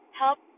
help